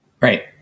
right